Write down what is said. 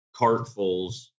cartfuls